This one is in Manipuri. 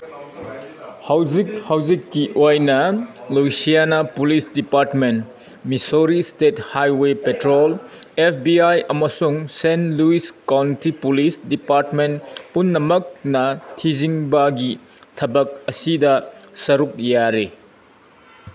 ꯍꯧꯖꯤꯛ ꯍꯧꯖꯤꯛꯀꯤ ꯑꯣꯏꯅ ꯂꯨꯁꯤꯌꯥꯅꯥ police department Missouri state highway patrol F B I ꯑꯃꯁꯨꯡ Saint Louis County police department ꯄꯨꯝꯅꯃꯛꯅ ꯊꯤꯖꯤꯟꯕꯒꯤ ꯊꯕꯛ ꯑꯁꯤꯗ ꯁꯔꯨꯛ ꯌꯥꯔꯤ